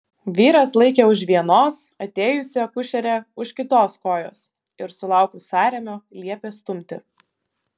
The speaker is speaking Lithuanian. vyras laikė už vienos atėjusi akušerė už kitos kojos ir sulaukus sąrėmio liepė stumti